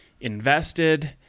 invested